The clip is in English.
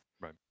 Right